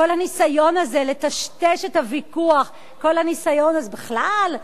כל הניסיון הזה לטשטש את הוויכוח, בכלל,